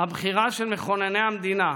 הבחירה של מכונני המדינה,